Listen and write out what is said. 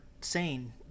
sane